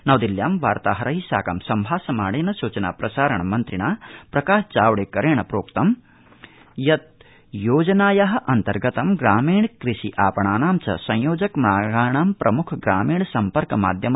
नवदिल्ल्यां वार्ताहर साकं सम्भाषमाणेन सूचना प्रसाण मन्त्रिणा प्रकाश जावडेकरेण प्रोक्तं यत् योजनाया अन्तर्गतं ग्रामीण कृषि आपणानां च संयोजक मार्गाणां प्रम्ख ग्रामीण सम्पर्क माध्यम